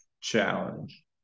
challenge